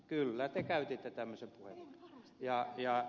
kyllä te käytitte tämmöisen puheenvuoron